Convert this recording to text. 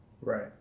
Right